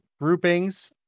groupings